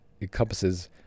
encompasses